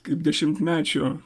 kaip dešimtmečio